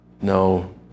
no